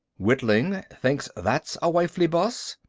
witling! think'st that's a wifely buss?